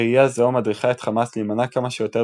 ראייה זו מדריכה את חמאס להימנע כמה שיותר